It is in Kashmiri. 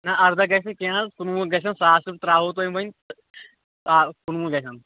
نہَ اَرداہ گَژھِ نہٕ کیٚنٛہہ حظ کُنوُہ گَژھنو ساس رۅپیہِ ترٛاوہو تۅہہِ وۅنۍ آ کُنوُہ گَژھن